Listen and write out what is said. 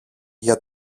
για